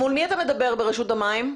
מול מי אתה מדבר ברשות המים?